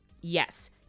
Yes